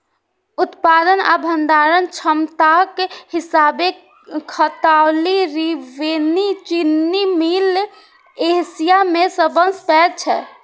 उत्पादन आ भंडारण क्षमताक हिसाबें खतौली त्रिवेणी चीनी मिल एशिया मे सबसं पैघ छै